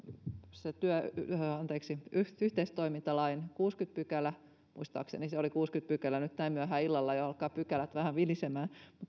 yhteistoimintalain kuudeskymmenes pykälä muistaakseni se oli kuudeskymmenes pykälä nyt näin myöhään illalla alkaa jo pykälät vähän vilisemään